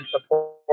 support